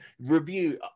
review